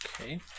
Okay